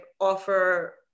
offer